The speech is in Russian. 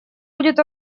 будет